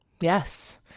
Yes